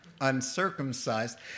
uncircumcised